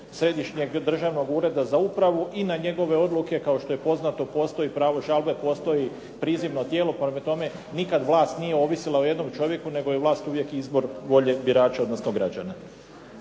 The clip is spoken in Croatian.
Središnjeg državnog ureda za upravu i na njegove odluke kao što je poznato postoji pravo žalbe, postoji prizivno tijelo. Prema tome, nikad vlast nije ovisila o jednom čovjeku, nego je vlast uvijek izbor volje birača, odnosno građana.